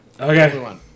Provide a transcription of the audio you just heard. Okay